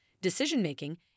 decision-making